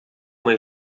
uma